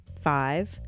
Five